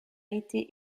été